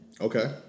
Okay